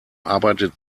arbeitet